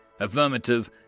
Affirmative